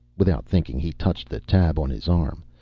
without thinking, he touched the tab on his arm.